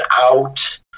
out